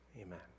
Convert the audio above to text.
Amen